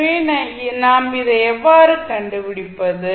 எனவே நாம் இதை எவ்வாறு கண்டுபிடிப்பது